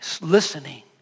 listening